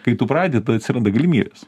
kai tu pradedi tada atsiranda galimybės